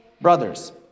brothers